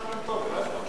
נכון,